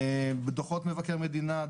דוחות מבקר מדינה,